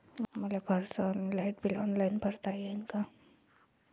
मले घरचं light bill online भरता येईन का?